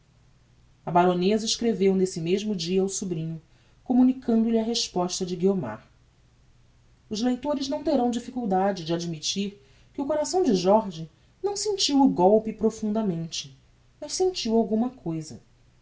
a baroneza escreveu nesse mesmo dia ao sobrinho communicando lhe a resposta de guiomar os leitores não terão difficuldade de admittir que o coração de jorge não sentiu o golpe profundamente mas sentiu alguma cousa